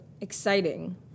exciting